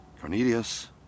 Cornelius